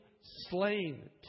slain